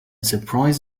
surprised